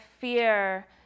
fear